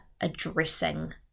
addressing